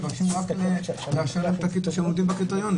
הם מבקשים רק את הקטע שהם עומדים בקריטריונים.